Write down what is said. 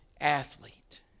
athlete